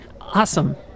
Awesome